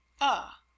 Ah